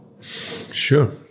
sure